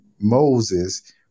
Moses